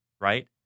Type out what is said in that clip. right